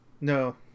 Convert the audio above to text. No